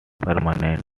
permanent